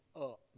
up